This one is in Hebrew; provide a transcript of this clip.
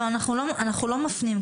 לא, אנחנו לא מפנים כרגע לתקנות.